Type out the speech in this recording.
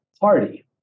party